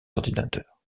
ordinateurs